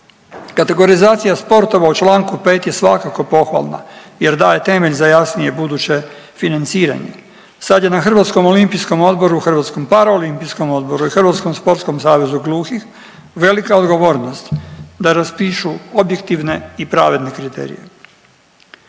Kategorizacija sportova u čl. 5. je svakako pohvalna jer daje temelj za jasnije buduće financiranje. Sad je na Hrvatskom olimpijskom odboru, Hrvatskom paraolimpijskom odboru i Hrvatskom sportskom savezu gluhih velika odgovornost da raspišu objektivne i pravedne kriterije.